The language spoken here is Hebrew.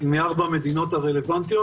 מארבע המדינות הרלוונטיות.